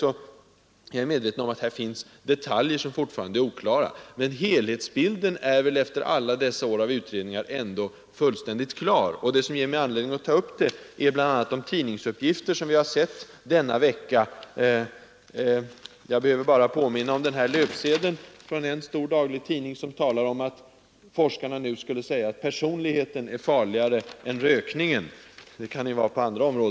Jag är medveten om att vissa detaljer fortfarande är omdiskuterade, men efter alla dessa år av utredningar är helhetsbilden ändå fullständigt klar. Det som givit mig anledning att ta upp denna fråga är bl.a. de ' tidningsuppgifter som jag har sett denna vecka. Jag behöver bara påminna om den löpsedel från en stor daglig tidning som talar om att forskarna nu säger att personligheten är farligare än rökning.